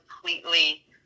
completely